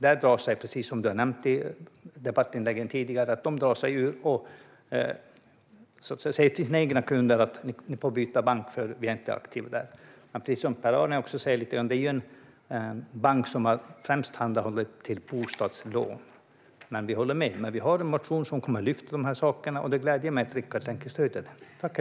Som sagts i debattinläggen drar de sig ur och säger till sina kunder på orten att de får byta bank eftersom den inte är aktiv där. Som Per-Arne säger är det ju en bank som främst tillhandahåller bostadslån. Vi håller med dig, Rickard. Men vi har en motion som lyfter fram de här sakerna, och det gläder mig att Rickard tänker stödja den.